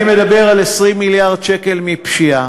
אני מדבר על 20 מיליארד שקל מפשיעה,